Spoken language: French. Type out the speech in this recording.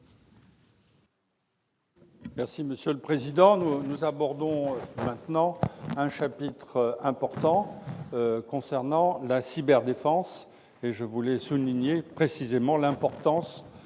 Yung, sur l'article. Nous abordons maintenant un chapitre important, concernant la cyberdéfense. Je veux souligner précisément l'importance